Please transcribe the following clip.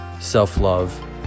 self-love